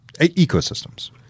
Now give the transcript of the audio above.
ecosystems